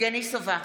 יבגני סובה,